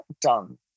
done